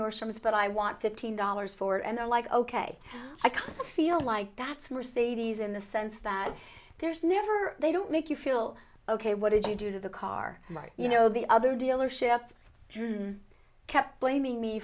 nordstrom's but i want fifteen dollars for and they're like ok i kind of feel like that's mercedes in the sense that there's never they don't make you feel ok what did you do to the car you know the other dealership kept blaming me